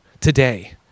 today